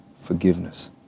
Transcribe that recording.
forgiveness